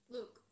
Look